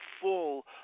full